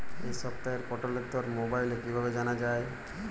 এই সপ্তাহের পটলের দর মোবাইলে কিভাবে জানা যায়?